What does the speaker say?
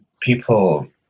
people